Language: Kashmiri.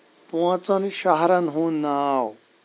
پانٛژن شہرَن ہُنٛد ناو